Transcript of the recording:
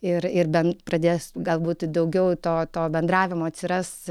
ir ir bent pradės galbūt daugiau to to bendravimo atsiras